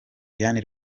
diane